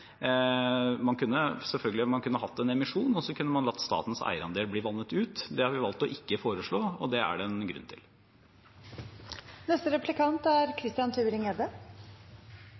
Man kunne selvfølgelig hatt en emisjon, og så kunne man latt statens eierandel bli vannet ut. Det har vi valgt ikke å foreslå, og det er det en grunn til. Jeg tar replikk fordi Kongsberg Gruppen er